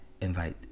invite